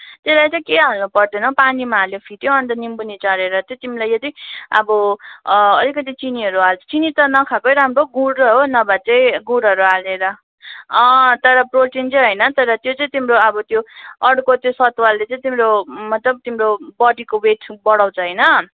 त्यसलाई चाहिँ केही हाल्नु पर्दैन पानीमा हाल्यो फिट्यो अन्त निम्बू निचोरेर चाहिँ तिमीलाई यदि अब अलिकति चिनीहरू हाल चिनी त नखाएकै राम्रो गुड हो नभए चाहिँ गुडहरू हालेर अँ तर प्रोटिन चाहिँ होइन तर त्यो चाहिँ तिम्रो अब त्यो अर्को त्यो सतुवाले चाहिँ तिम्रो मतलब तिम्रो बडीको वेट बढाउँछ होइन